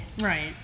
right